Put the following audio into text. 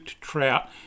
trout